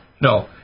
No